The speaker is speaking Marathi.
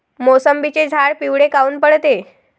मोसंबीचे झाडं पिवळे काऊन पडते?